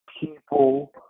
people